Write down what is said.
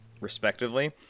respectively